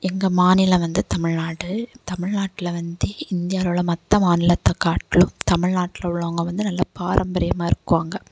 எங்கள் மாநிலம் வந்து தமிழ்நாடு தமிழ்நாட்டில் வந்து இந்தியாவில் உள்ள மற்ற மாநிலத்தை காட்டிலும் தமிழ்நாட்டில் உள்ளவங்க வந்து நல்ல பாரம்பரியமாக இருக்குவாங்க